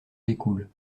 découle